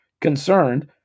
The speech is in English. concerned